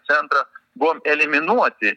centrą buvom eliminuoti